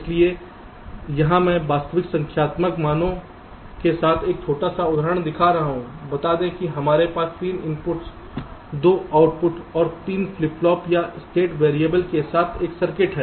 इसलिए यहां मैं वास्तविक संख्यात्मक मानों के साथ एक छोटा सा उदाहरण दिखा रहा हूं बता दें कि हमारे पास 3 इनपुट 2 आउटपुट और 3 फ्लिप फ्लॉप या स्टेट वेरिएबल्स के साथ एक सर्किट है